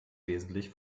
wesentlich